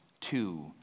Two